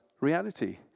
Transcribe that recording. reality